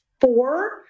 four